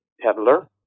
peddler